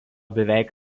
beveik